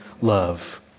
love